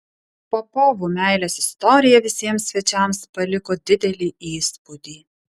popovų meilės istorija visiems svečiams paliko didelį įspūdį